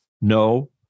no